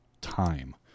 time